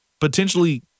potentially